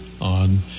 on